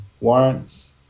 warrants